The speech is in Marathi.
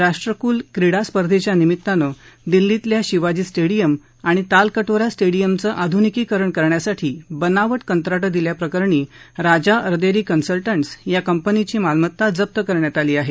राष्ट्रकुल क्रीडा स्पर्धेच्या निमित्तानं दिल्लीतल्या शिवाजी सर्वडियम आणि तालक रिश स्विडीयमचं आधुनिकीकरण करण्यासाठी बनाव कंत्रा दिल्याप्रकरणी राजा अर्देरी कन्सल स् या कंपनीची ही मालमत्ता जप्त करण्यात आली आहे